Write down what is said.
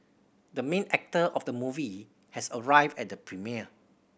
the main actor of the movie has arrived at the premiere